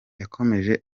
yakomeje